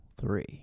three